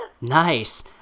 nice